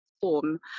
form